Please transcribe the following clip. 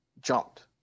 jumped